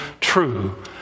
true